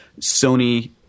Sony